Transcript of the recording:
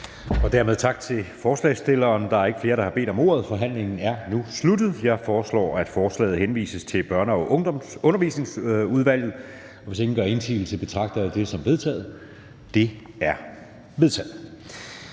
ordføreren for forslagsstillerne. Der er ikke flere, der har bedt om ordet, så forhandlingen er sluttet. Jeg foreslår, at forslaget til folketingsbeslutning henvises til Børne- og Undervisningsudvalget. Hvis ingen gør indsigelse, betragter jeg det som vedtaget. Det er vedtaget.